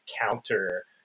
counter